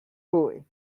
hurry